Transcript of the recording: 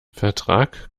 vertrag